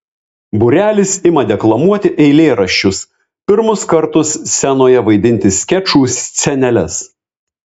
būrelis ima deklamuoti eilėraščius pirmus kartus scenoje vaidinti skečų sceneles